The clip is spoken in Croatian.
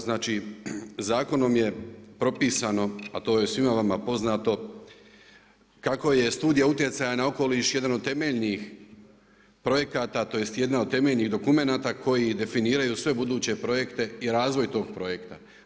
Znači zakonom je propisano, a to svima vama poznato, kako je studija utjecaja na okoliš jedan od temeljnih projekata tj. jedan od temeljnih dokumenta koji definiraju sve buduće projekte i razvoj tog projekta.